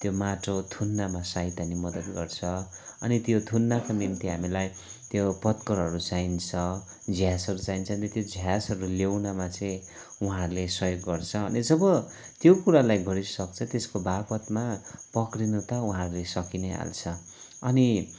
त्यो माटो थुन्नमा सहायता अनि मद्दत गर्छ अनि त्यो थुन्नका निम्ति हामीलाई त्यो पत्करहरू चाहिन्छ झ्यासहरू चाहिन्छ अनि त्यो झ्यासहरू ल्याउनमा चाहिँ उहाँहरूले सहयोग गर्छ अनि जब त्यो कुरालाई गरिसक्छ त्यसको बापतमा पक्रिनु त वहाँहरूले सकि नै हाल्छ अनि